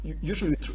usually